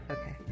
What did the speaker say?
Okay